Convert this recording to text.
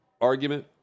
argument